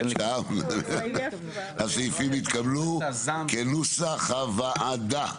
הסעיפים התקבלו כנוסח הוועדה.